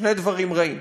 שני דברים רעים: